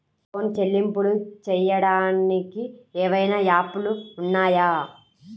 Phone చెల్లింపులు చెయ్యటానికి ఏవైనా యాప్లు ఉన్నాయా?